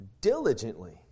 diligently